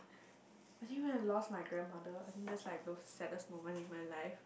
I think when I lost my grandmother I think that's like the saddest moment in my life